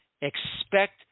expect